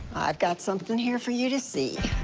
i've got something here for you to see.